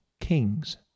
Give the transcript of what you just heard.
kings